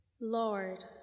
Lord